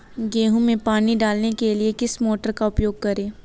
गेहूँ में पानी डालने के लिए किस मोटर का उपयोग करें?